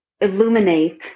illuminate